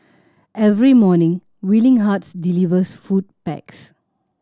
every morning Willing Hearts delivers food packs